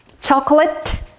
Chocolate